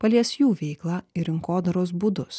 palies jų veiklą ir rinkodaros būdus